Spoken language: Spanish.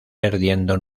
perdiendo